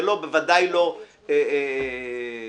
זה בוודאי לא אישי.